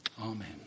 Amen